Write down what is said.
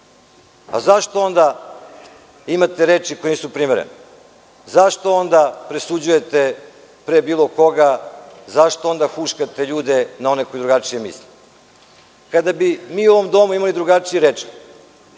Zašto onda imate reči koje nisu primerene? Zašto onda presuđujete pre bilo koga? Zašto onda huškate ljude na one koji drugačije misle? Kada bi mi u ovom domu imali drugačiji rečnik,